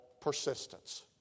persistence